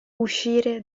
uscire